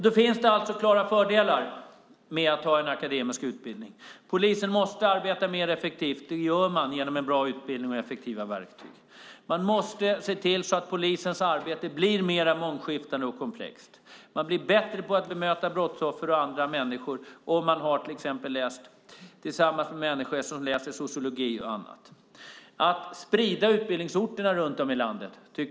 Det finns klara fördelar med att ha en akademisk utbildning. Polisen måste arbeta mer effektivt. Det gör man med en bra utbildning och effektiva verktyg. Polisens arbete måste bli mer mångskiftande och komplext. Man blir bättre på att bemöta brottsoffer och andra människor om man till exempel har läst tillsammans med människor som läser sociologi och annat. Jag tycker att det är utmärkt att sprida utbildningsorterna runt om i landet.